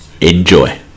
enjoy